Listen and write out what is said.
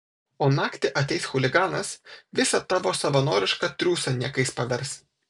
o naktį ateis chuliganas visą tavo savanorišką triūsą niekais pavers